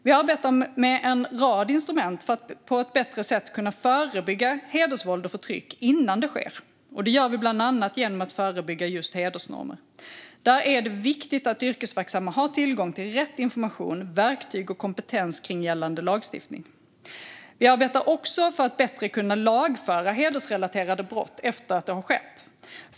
Vi arbetar med en rad instrument för att på ett bättre sätt kunna förebygga hedersvåld och förtryck innan det sker. Det gör vi bland annat genom att förebygga just hedersnormer. Där är det viktigt att yrkesverksamma har tillgång till rätt information, verktyg och kompetens kring gällande lagstiftning. Vi arbetar också för att bättre kunna lagföra hedersrelaterade brott efter att de har skett.